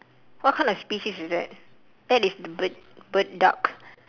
what kind of species is that that is a bird bird duck